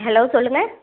hello சொல்லுங்க